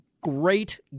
great